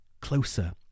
closer